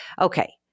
Okay